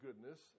goodness